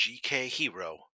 GKHero